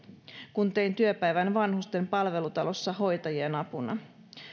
kun tein työpäivän vanhusten palvelutalossa hoitajien apuna